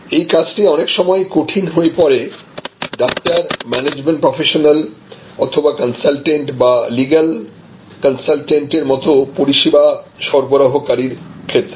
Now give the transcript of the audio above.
এই কাজটি অনেক সময়ই কঠিন হয়ে পড়ে ডাক্তার ম্যানেজমেন্ট প্রফেশনালস অথবা কনসালটেন্ট বা লিগ্যাল কনসালটেন্ট এর মত পরিষেবা সরবরাহকারীর ক্ষেত্রে